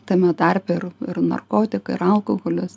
tame tarpe ir ir narkotikai ir alkoholis